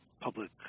public